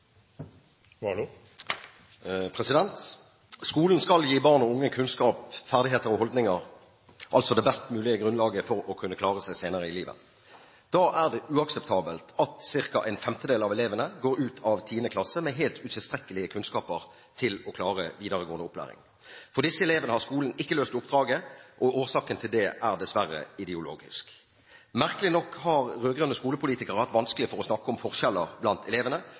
Skolen skal gi barn og unge kunnskap, ferdigheter og holdninger, altså det best mulige grunnlaget for å kunne klare seg senere i livet. Da er det uakseptabelt at ca. en femtedel av elevene går ut av 10. klasse med helt utilstrekkelige kunnskaper til å klare videregående opplæring. For disse elevene har skolen ikke løst oppdraget, og årsaken til det er dessverre ideologisk. Merkelig nok har rød-grønne skolepolitikere hatt vanskelig for å snakke om forskjeller blant elevene